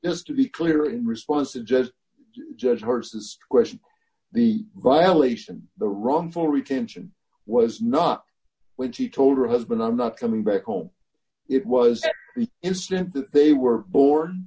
just to be clear in response to just horses question the violation the wrongful retention was not when she told her husband i'm not coming back home it was instead that they were born